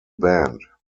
band